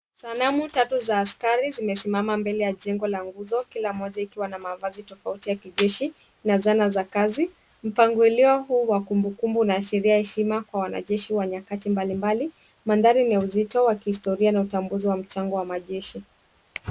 Sanamu tatu la askari zimesimama mbele ya jengo la nguzo kila moja ikiwa na mavazi tofauti ya kijeshi na zana za kazi. Mpangilio huu wa kumbukumbu unaashiria heshima kwa wanajeshi wa nyakati mbalimbali. Mandhari ni ya uzito wa kihistoria na utambuzi wa mchango wa majeshi.